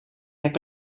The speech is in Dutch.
heb